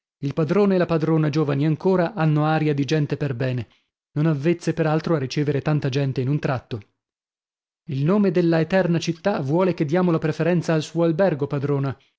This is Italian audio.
il padrone e la padrona giovani ancora hanno aria di gente per bene non avvezze per altro a ricevere tanta gente in un tratto il nome della eterna città vuole che diamo la preferenza al suo albergo padrona